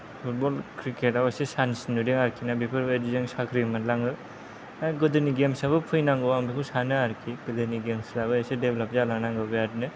football क्रिकेटाव एसे chance नुदों आरोखि ना बेफोरबादिजों साख्रि मोनलाङो दा गोदोनि गेम्साबो फैनांगौ आं बेखौ सानो आरोखि गोदोनि गेम्सफ्राबो एसे डेभेलप जालांनांगौ बेरादनो